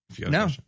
No